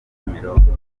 kimironko